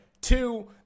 two